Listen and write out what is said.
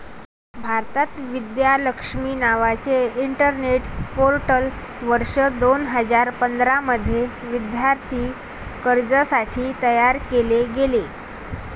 भारतात, विद्या लक्ष्मी नावाचे internet portal वर्ष दोन हजार पंधरा मध्ये विद्यार्थी कर्जासाठी तयार केले गेले